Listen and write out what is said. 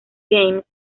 games